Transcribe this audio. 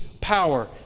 power